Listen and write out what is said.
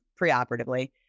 preoperatively